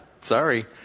Sorry